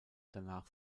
danach